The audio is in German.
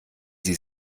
sie